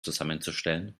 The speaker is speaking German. zusammenzustellen